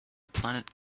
planet